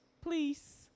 please